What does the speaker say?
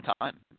time